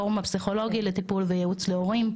הפורום הפסיכולוגי לטיפול וייעוץ להורים.